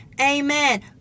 Amen